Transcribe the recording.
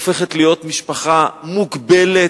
הופכת להיות משפחה מוגבלת,